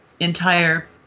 entire